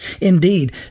Indeed